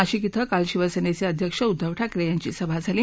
नाशिक इथं काल शिवसहिक्वाध्यक्ष उद्दव ठाकरि यांची सभा झाली